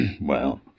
Well